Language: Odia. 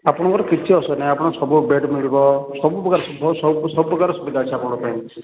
ଆପଣଙ୍କର କିଛି ଆସୁବିଧା ନାହିଁ ଆପଣ ସବୁ ବେଡ଼୍ ମିଳିବ ସବୁ ପ୍ରକାରର ସବୁ ପ୍ରକାରର ସୁବିଧା ଅଛି ଆପଣଙ୍କ ପାଇଁ